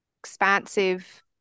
expansive